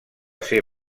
ser